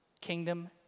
kingdom